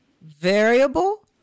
variable